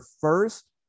first